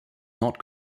not